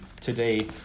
today